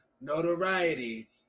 notoriety